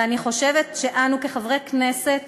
ואני חושבת שאנו כחברי כנסת